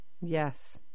Yes